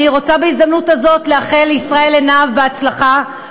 אני רוצה בהזדמנות הזאת לאחל לישראל עינב בהצלחה,